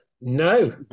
no